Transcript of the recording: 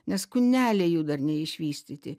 nes kūneliai jų dar neišvystyti